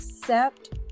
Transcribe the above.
accept